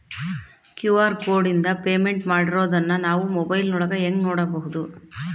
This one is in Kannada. ಕ್ಯೂ.ಆರ್ ಕೋಡಿಂದ ಪೇಮೆಂಟ್ ಮಾಡಿರೋದನ್ನ ನಾವು ಮೊಬೈಲಿನೊಳಗ ಹೆಂಗ ನೋಡಬಹುದು?